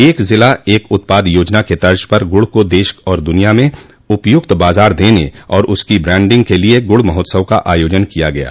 एक जिला एक उत्पाद योजना के तज पर गुड़ को देश और दुनिया में उपयुक्त बाजार देने और उसकी ब्रान्डिंग के लिए गुड़ महोत्सव का आयोजन किया गयां